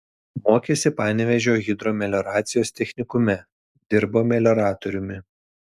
mokėsi panevėžio hidromelioracijos technikume dirbo melioratoriumi